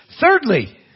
Thirdly